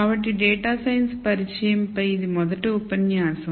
కాబట్టి data science పరిచయంపై ఇది మొదటి ఉపన్యాసం